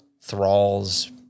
thralls